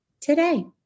today